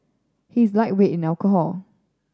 he is a lightweight in alcohol